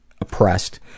oppressed